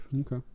Okay